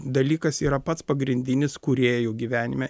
dalykas yra pats pagrindinis kūrėjų gyvenime